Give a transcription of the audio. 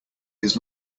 his